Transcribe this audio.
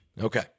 Okay